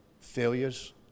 failures